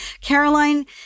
Caroline